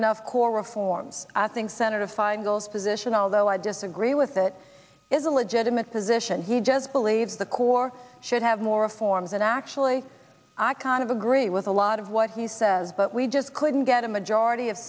enough core reforms i think senator feingold's position although i disagree with it is a legitimate position he does believe the corps should have more forms and actually i kind of agree with a lot of what he says but we just couldn't get a majority of